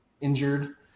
injured